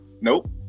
Nope